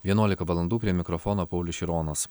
vienuolika valandų prie mikrofono paulius šironas